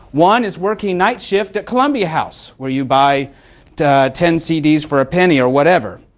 one is working night shift at columbia house, where you buy ten cd's for a penny, or whatever.